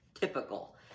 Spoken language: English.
typical